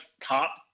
top